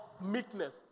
meekness